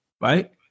right